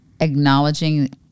acknowledging